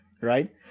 right